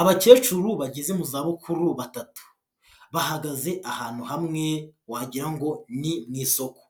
Abakecuru bageze mu zabukuru batatu, bahagaze ahantu hamwe wagirango ni mu isoko,